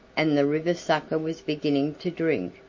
and the river-sucker was beginning to drink,